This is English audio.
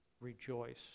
rejoice